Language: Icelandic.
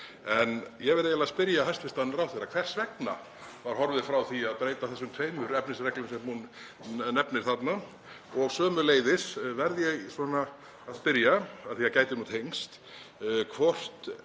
Ég verð eiginlega að spyrja hæstv. ráðherra: Hvers vegna var horfið frá því að breyta þessum tveimur efnisreglum sem hún nefnir þarna? Og sömuleiðis verð ég að spyrja, af því að það gæti tengst, hvort